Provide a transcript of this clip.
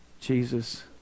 Jesus